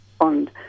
on